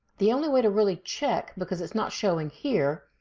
the only way to really check because it's not showing here,